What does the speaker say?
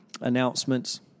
announcements